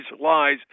lies